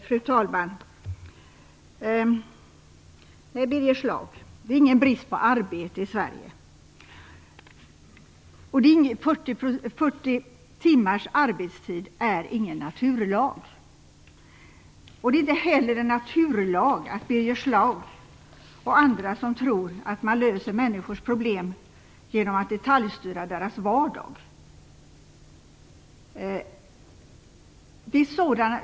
Fru talman! Nej, Birger Schlaug, det är ingen brist på arbete i Sverige. 40 timmars arbetstid är ingen naturlag. Det är inte heller någon naturlag, som Birger Schlaug och andra tror, att man löser människors problem genom att detaljstyra deras vardag.